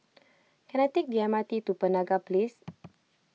can I take the M R T to Penaga Place